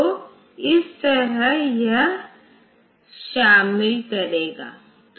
तो इस तरह यह शामिल करेगा